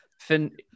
fin